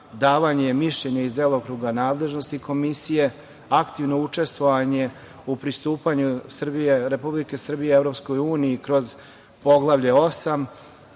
davanje mišljenja iz delokruga nadležnosti Komisije, aktivno učestvovanje u pristupanju Republike Srbije Evropskoj